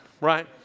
Right